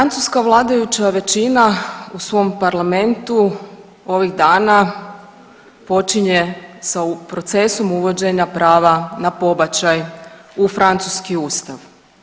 Francuska vladajuća većina u svom parlamentu ovih dana počinje sa procesom uvođenja prava na pobačaj u francuski ustav.